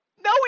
No